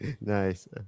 Nice